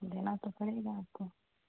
دینا تو پڑے گا آپ کو